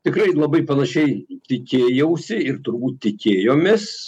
tikrai labai panašiai tikėjausi ir turbūt tikėjomės